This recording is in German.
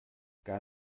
gar